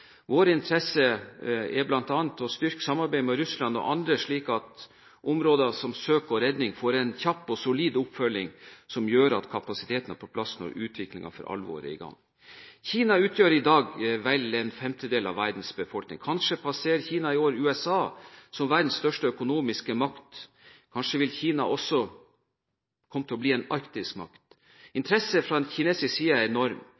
Vår interesse er bl.a. å styrke samarbeidet med Russland og andre, slik at områder som søk og redning får en kjapp og solid oppfølging som gjør at kapasiteten er på plass når utviklingen for alvor er i gang. Kina utgjør i dag vel en femtedel av verdens befolkning. Kanskje passerer Kina i år USA som verdens største økonomiske makt. Kanskje vil Kina også komme til å bli en arktisk makt. Interessen fra den kinesiske siden er enorm.